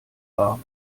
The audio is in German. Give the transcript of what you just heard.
warm